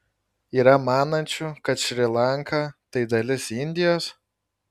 yra manančių kad šri lanka tai dalis indijos